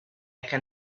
can